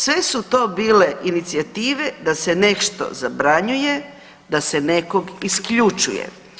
Sve su to bile inicijative da se nešto zabranjuje, da se nekog isključuje.